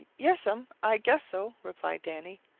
yes'm, i guess so, replied danny.